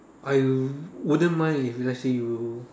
I wouldn't mind if let's say you